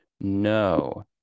No